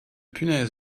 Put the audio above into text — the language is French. punaises